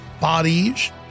Bodies